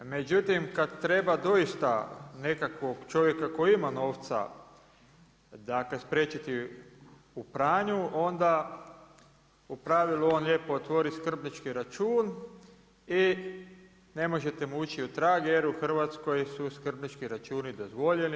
Međutim, kad treba doista nekakvog čovjeka koji ima novca dakle, spriječiti u pranju, onda u pravilu on lijepo otvorit skrbnički račun i ne možete mu ući u tragu jer u Hrvatskoj su skrbnički računi dozvoljeni.